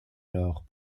lors